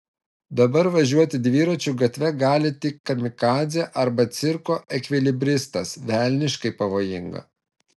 dabar važiuoti dviračiu gatve gali tik kamikadzė arba cirko ekvilibristas velniškai pavojinga